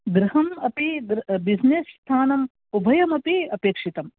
गृहं अपि बिसिनेस् स्थानम् उभयमपि अपेक्षितं